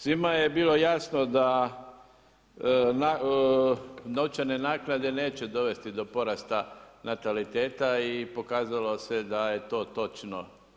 Svima je bilo jasno da novčane naknade neće dovesti do porasta nataliteta i pokazalo se je da je to točno.